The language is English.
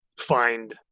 find